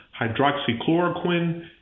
hydroxychloroquine